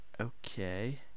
Okay